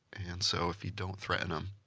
and so if you don't threaten them,